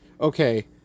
okay